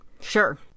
sure